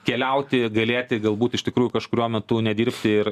keliauti galėti galbūt iš tikrųjų kažkuriuo metu nedirbti ir